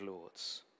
Lords